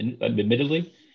admittedly